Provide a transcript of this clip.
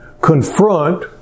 confront